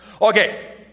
Okay